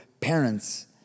parents